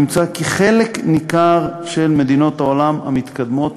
נמצא כי חלק ניכר ממדינות העולם המתקדמות